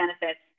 benefits